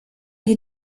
you